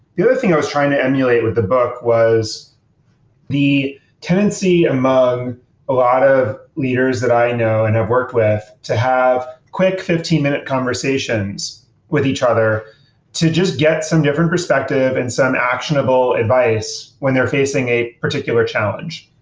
the other thing i was trying to emulate with the book was the tendency among a lot of leaders that i know and have worked with to have quick fifteen minute conversations with each other to just get some different perspective and some actionable advice when they're facing a particular challenge.